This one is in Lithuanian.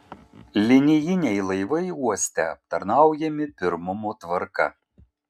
linijiniai laivai uoste aptarnaujami pirmumo tvarka